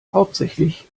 hauptsächlich